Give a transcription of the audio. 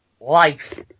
Life